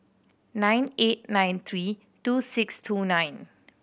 nine eight nine three two six two nine